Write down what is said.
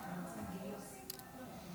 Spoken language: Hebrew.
עד שהנושא הטכני יוסדר,